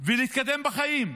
ולהתקדם בחיים.